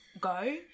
go